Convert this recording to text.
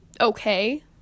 okay